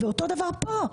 אותו דבר כאן.